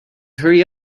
hurry